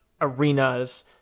arenas